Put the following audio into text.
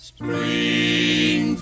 Spring